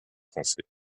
français